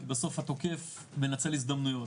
בסוף התוקף מנצל הזדמנויות,